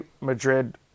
Madrid